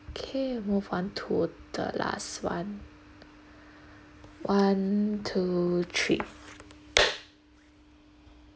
okay move on to the last one one two three